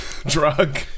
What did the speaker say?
Drug